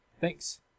Thanks